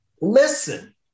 listen